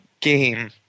game